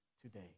today